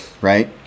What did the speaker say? right